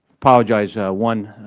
apologize, one,